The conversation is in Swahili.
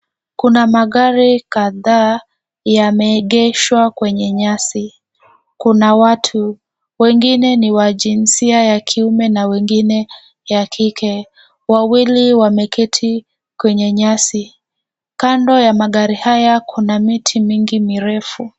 Kuna magari kadhaa yameegeshwa kwenye nyasi. Kuna watu, wengine ni wa jinsia ya kiume na wengine ya kike. Wawili wameketi kwenye nyasi. Kando ya magari haya, kuna miti mingi mirefu.